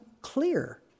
clear